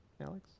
Alex